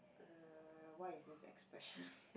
uh what is this expression